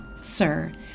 Sir